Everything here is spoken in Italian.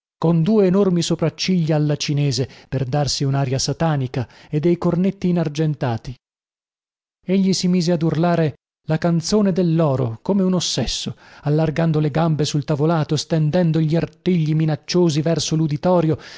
con due enormi sopracciglia alla chinese per darsi unaria satanica e dei cornetti inargentati egli si mise ad urlare la canzone delloro come un ossesso allargando le gambe sul tavolato stendendo gli artigli minacciosi verso luditorio